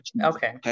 Okay